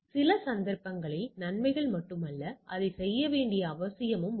சில சந்தர்ப்பங்களில் நன்மைகள் மட்டுமல்ல அதைச் செய்ய வேண்டிய அவசியமும் உள்ளது